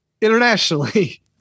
Internationally